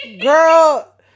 Girl